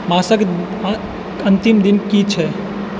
मासके अन्तिम दिन की छै